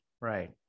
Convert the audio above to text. right